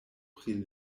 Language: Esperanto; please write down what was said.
pri